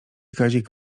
kazik